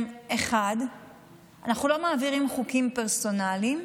1. אנחנו לא מעבירים חוקים פרסונליים,